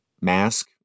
Mask